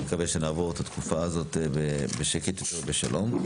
מקווה שנעבור את התקופה הזאת בשקט ובשלום.